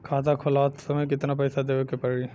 खाता खोलत समय कितना पैसा देवे के पड़ी?